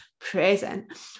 present